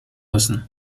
müssen